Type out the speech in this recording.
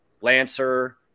Lancer